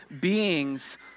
beings